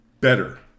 better